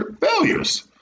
failures